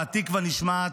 והתקווה נשמעת,